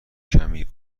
کمی